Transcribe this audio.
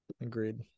Agreed